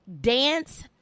Dance